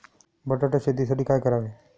बटाटा शेतीसाठी काय करावे?